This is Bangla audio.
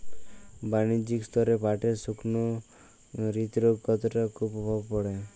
বাণিজ্যিক স্তরে পাটের শুকনো ক্ষতরোগ কতটা কুপ্রভাব ফেলে?